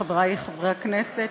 חברי חברי הכנסת,